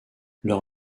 leur